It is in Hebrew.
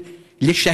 תודה, אדוני.